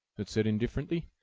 it said indifferently,